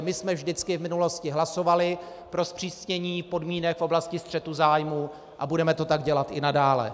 My jsme vždycky v minulosti hlasovali pro zpřísnění podmínek v oblasti střetu zájmů a budeme to tak dělat i nadále.